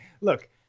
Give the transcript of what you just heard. look